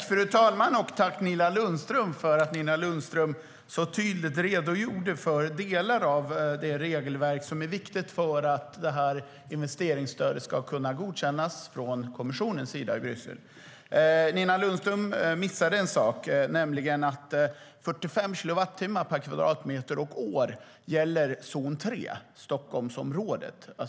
Fru talman! Jag tackar Nina Lundström för att hon så tydligt redogjorde för delar av det regelverk som är viktigt för att det här investeringsstödet ska kunna godkännas från kommissionens sida i Bryssel. Nina Lundström missade en sak, nämligen att 45 kilowattimmar per kvadratmeter och år gäller zon 3, det vill säga Stockholmsområdet.